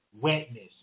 wetness